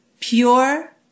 Pure